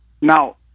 Now